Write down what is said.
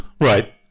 Right